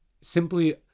simply